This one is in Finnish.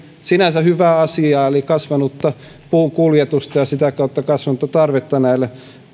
sinänsä hyvää asiaa eli kasvanutta puun kuljetusta ja sitä kautta kasvanutta tarvetta näille